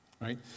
right